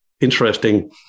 interesting